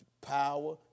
power